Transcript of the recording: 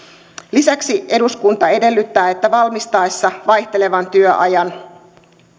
lisäksi eduskunta edellyttää että valmisteltaessa vaihtelevan työajan